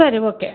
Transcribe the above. ಸರಿ ಓಕೆ